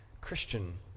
Christian